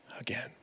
again